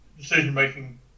decision-making